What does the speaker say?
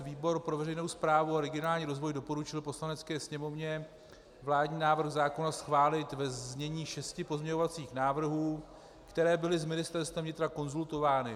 Výbor pro veřejnou správu a regionální rozvoj doporučil Poslanecké sněmovně vládní návrh zákona schválit ve znění šesti pozměňovacích návrhů, které byly s Ministerstvem vnitra konzultovány.